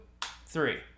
three